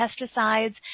pesticides